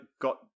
got